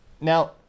Now